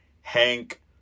Hank